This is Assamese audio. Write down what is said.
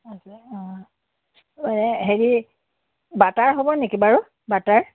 আছে অঁ হেৰি বাটাৰ হ'ব নেকি বাৰু বাটাৰ